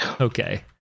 Okay